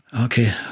Okay